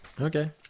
Okay